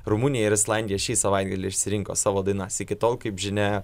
rumunija ir islandija šį savaitgalį išsirinko savo dainas iki tol kaip žinia